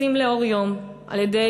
נעשים לאור היום על-ידי,